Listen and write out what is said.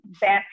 best